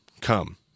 Come